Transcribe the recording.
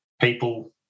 people